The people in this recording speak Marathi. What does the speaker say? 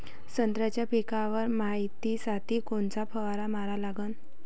संत्र्याच्या पिकावर मायतीसाठी कोनचा फवारा मारा लागन?